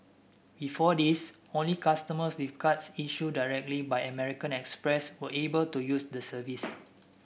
before this only customers with cards issued directly by American Express were able to use the service